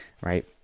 right